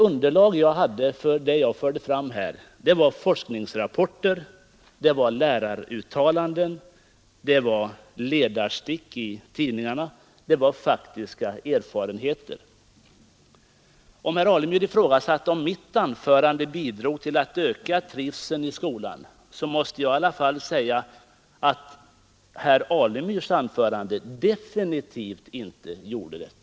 Underlaget till det som jag anförde var forskningsrapporter, läraruttalanden, ledarstick i fackpressen och faktiska erfarenheter. Om herr Alemyr ifrågasatte huruvida mitt anförande bidrog till att öka trivseln i skolan, så måste jag i alla fall säga att herr Alemyrs anförande definitivt inte gjorde det.